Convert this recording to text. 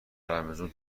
رمضون